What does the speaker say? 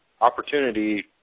opportunity